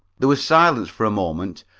there was silence for a moment,